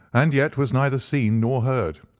and yet was neither seen nor heard.